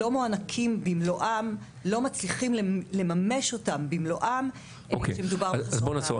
לא מצליחים לממש אותם במלואם כשמדובר --- בואו נעצור.